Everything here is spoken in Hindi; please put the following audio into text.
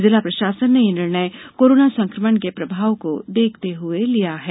जिला प्रशासन ने यह निर्णय कोरोना संकमण के प्रभाव को देखते हुए लिया है